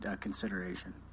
consideration